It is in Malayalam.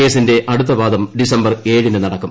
കേസിന്റെ അടുത്തവാദം ഡിസംബർ ഏഴിന് നടക്കും